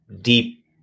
deep